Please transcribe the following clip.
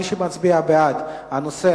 מי שמצביע בעד, הוא בעד שהנושא